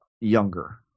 younger